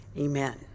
Amen